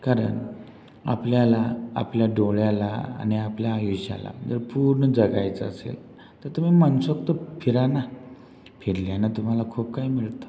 कारण आपल्याला आपल्या डोळ्याला आणि आपल्या आयुष्याला जर पूर्ण जगायचं असेल तर तुम्ही मनसोक्त फिरा ना फिरल्यानं तुम्हाला खूप काही मिळतं